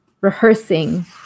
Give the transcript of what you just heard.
rehearsing